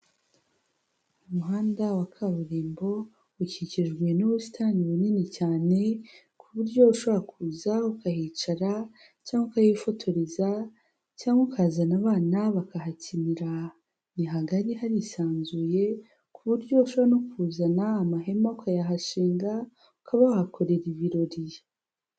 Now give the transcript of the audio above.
Umuhanda wa kaburimbo ukikijwe n'ubusitani bunini cyane ku buryo ushobora kuza ukahicara cyangwa ukahifotoriza cyangwa ukazana abana bakahakinira, ni hahagari harisanzuye ku buryo ushobora no kuzana amahema ukayahashinga ukaba wahakorera ibirori.